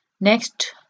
next